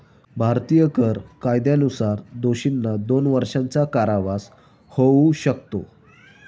भारतीय कर कायद्यानुसार दोषींना दोन वर्षांचा कारावास होऊ शकतो